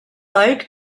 like